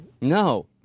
No